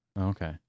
Okay